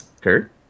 Kurt